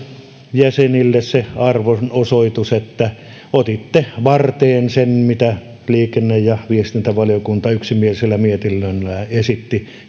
jäsenille se arvonosoitus että otitte varteen sen mitä liikenne ja viestintävaliokunta yksimielisellä mietinnöllään esitti